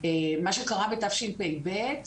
מה שקרה בתשפ"ב,